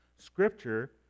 Scripture